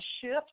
shift